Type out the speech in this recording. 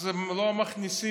אז הם לא מכניסים,